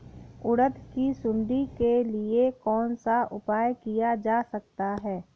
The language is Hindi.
उड़द की सुंडी के लिए कौन सा उपाय किया जा सकता है?